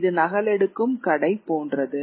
இது நகல் எடுக்கும் கடை போன்றது